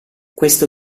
questo